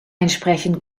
entsprechend